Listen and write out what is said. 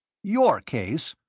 your case?